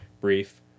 brief